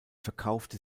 verkaufte